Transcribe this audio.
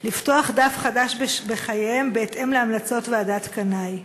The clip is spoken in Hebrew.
לפתוח דף חדש בחייהם בהתאם להמלצות ועדת קנאי?